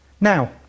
Now